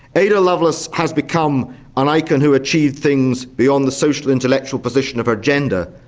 ada lovelace has become an icon who achieved things beyond the social intellectual position of her gender,